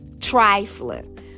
trifling